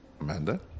Amanda